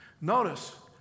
Notice